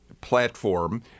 platform